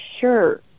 Sure